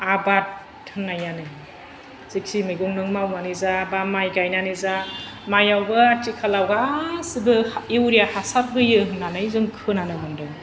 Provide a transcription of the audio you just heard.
आबाद होननायानो जेखि मैगं नों मावनानै जा बा माइ गायनानै जा माइआवबो आथिखालाव गासिबो इउरिया हासार होयो होननानै जों खोनानो मोन्दों